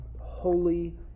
holy